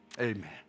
Amen